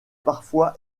parfois